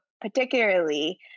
particularly